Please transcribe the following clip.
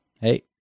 Hey